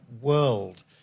world